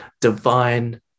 divine